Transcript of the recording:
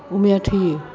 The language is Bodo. अमाया थैयो